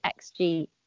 XG